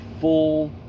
full